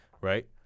right